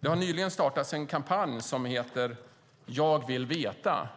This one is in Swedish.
Det har nyligen startats en kampanj som heter Jag vill veta.